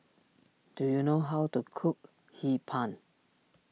do you know how to cook Hee Pan